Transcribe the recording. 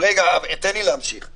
אני רוצה להיצמד לסיפור